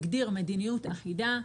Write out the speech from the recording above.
הגדיר מדיניות אחידה,